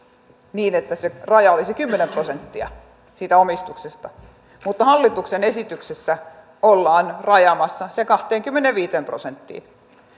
niin että se raja olisi kymmenen prosenttia siitä omistuksesta mutta hallituksen esityksessä ollaan rajaamassa se kahteenkymmeneenviiteen prosenttiin